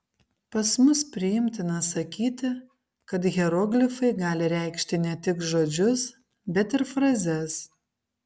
pas mus priimtina sakyti kad hieroglifai gali reikšti ne tik žodžius bet ir frazes